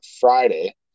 Friday